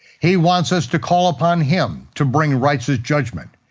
he wants us to call upon him to bring righteous judgment,